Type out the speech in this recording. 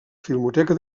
filmoteca